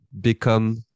become